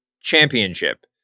championship